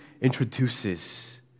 introduces